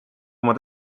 oma